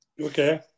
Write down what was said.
Okay